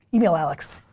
email alex.